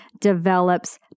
develops